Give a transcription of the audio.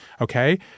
Okay